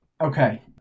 Okay